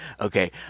Okay